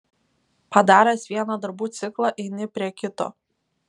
padaręs vieną darbų ciklą eini prie kito